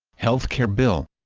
health care bill